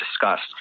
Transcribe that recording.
discussed